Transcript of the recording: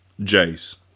Jace